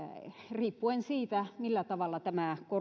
riippuen siitä millä tavalla tämä